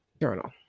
journal